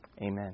Amen